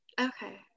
Okay